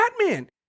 Batman